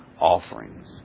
offerings